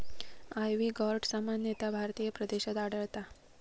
ivy gourd सामान्यतः भारतीय प्रदेशात आढळता